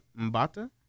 Mbata